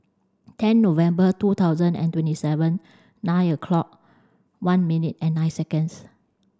ten November two thousand and twenty seven nine o'clock one minute and nine seconds